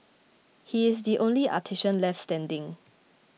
he is the only artisan left standing